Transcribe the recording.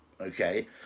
okay